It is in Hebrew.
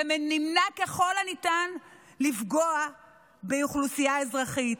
ונמנע ככל הניתן מלפגוע באוכלוסייה האזרחית.